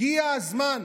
הגיע הזמן.